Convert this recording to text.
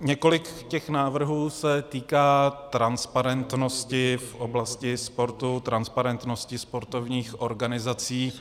Několik těch návrhů se týká transparentnosti v oblasti sportu, transparentnosti sportovních organizací.